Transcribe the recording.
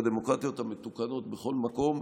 בדמוקרטיות המתוקנות בכל מקום,